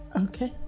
Okay